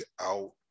out